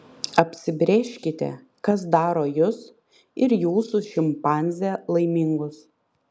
apsibrėžkite kas daro jus ir jūsų šimpanzę laimingus